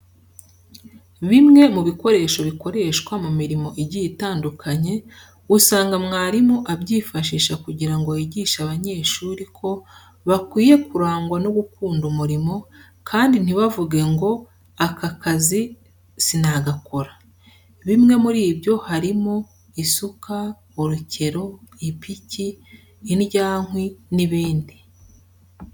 Bimwe mu bikoresho bikoreshwa mu mirimo igiye itandukanye usanga mwarimu abyifashisha kugira ngo yigishe abanyeshuri ko bakwiye kurangwa no gukunda umurimo kandi ntibavuge ngo aka kazi sinagakora. Bimwe muri byo harimo isuka, urukero, ipiki, indyankwi n'ibindi.